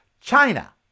China